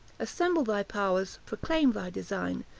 assemble thy powers, proclaim thy design,